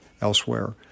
elsewhere